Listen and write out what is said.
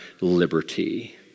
liberty